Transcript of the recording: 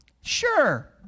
Sure